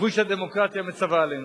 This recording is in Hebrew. וכפי שהדמוקרטיה מצווה עלינו.